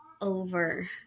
over